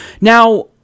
Now